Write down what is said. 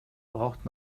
braucht